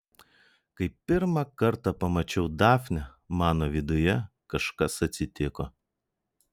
kai pirmą kartą pamačiau dafnę mano viduje kažkas atsitiko